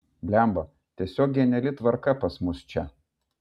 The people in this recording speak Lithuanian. blemba tiesiog geniali tvarka pas mus čia